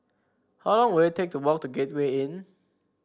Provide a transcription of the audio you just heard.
how long will it take to walk to Gateway Inn